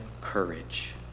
courage